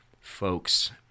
folks